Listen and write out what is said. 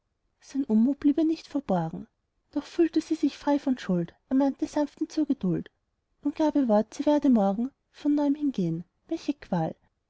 sein unmut blieb ihr nicht verborgen doch fühlte sie sich frei von schuld ermahnte sanft ihn zur geduld und gab ihr wort sie werde morgen von neuem hingehn welche qual